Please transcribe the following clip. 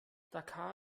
dhaka